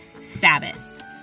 Sabbath